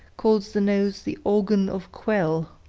calls the nose the organ of quell.